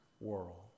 world